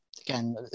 Again